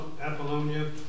Apollonia